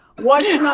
why should